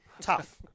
Tough